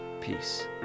Peace